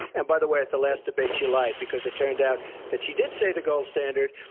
and by the way, at the last debate she lied. because it turns out that she did say the gold standard,